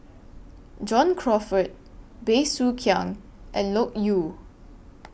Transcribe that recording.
John Crawfurd Bey Soo Khiang and Loke Yew